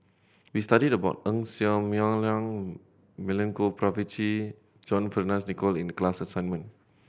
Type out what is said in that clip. we studied about Ng Ser Miang Milenko Prvacki John Fearns Nicoll in the class assignment